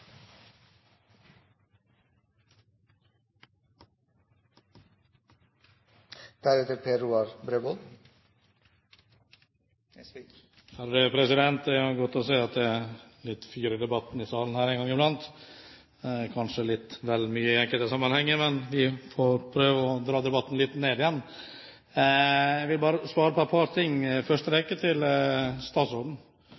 godt å se at det er litt fyr i debatten i salen en gang i blant – kanskje litt vel mye i enkelte sammenhenger – men vi får prøve å dra debatten litt ned igjen. Jeg vil bare kommentere et par ting, i første